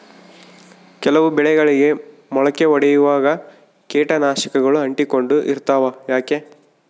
ಕೆಲವು ಬೆಳೆಗಳಿಗೆ ಮೊಳಕೆ ಒಡಿಯುವಾಗ ಕೇಟನಾಶಕಗಳು ಅಂಟಿಕೊಂಡು ಇರ್ತವ ಯಾಕೆ?